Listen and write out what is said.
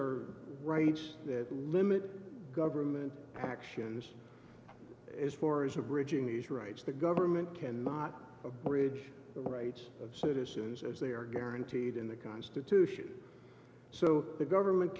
are rights that limit government actions as far as abridging these rights the government cannot abridge the rights of citizens as they are guaranteed in the constitution so the government